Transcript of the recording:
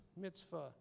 mitzvah